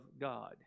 God